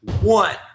One